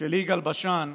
של יגאל בשן: